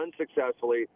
unsuccessfully